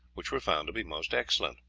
which were found to be most excellent.